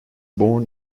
born